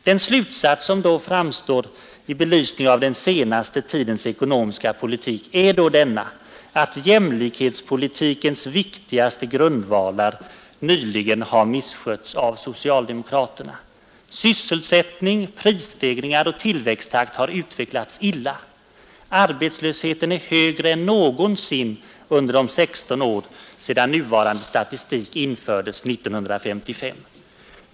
Den slutsats som framstår som naturlig i belysning av den senaste tidens ekonomiska politik är därför att socialdemokraterna nyligen har misskött jämlikhetspolitikens viktigaste grundval. Sysselsättning, prisstegringar och tillväxttakt har utvecklats illa. Arbetslösheten är högre än någonsin under de 16 år som gått sedan nuvarande statistik infördes 1955.